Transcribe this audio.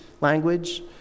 language